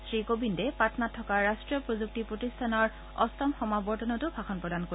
শ্ৰী কোবিন্দে পাটনাত থকা ৰাট্টীয় প্ৰযুক্তি প্ৰতিষ্ঠানৰ অট্টম সমাৱৰ্তনতো ভাষণ প্ৰদান কৰিব